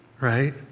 right